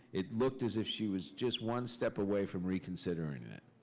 it looked as if she was just one step away from reconsidering and it.